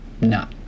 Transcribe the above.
No